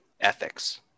ethics